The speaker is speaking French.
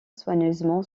soigneusement